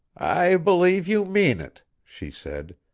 i believe you mean it, she said,